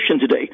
today